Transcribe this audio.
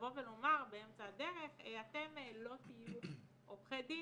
לבוא ולומר באמצע הדרך: אתם לא תהיו עורכי דין,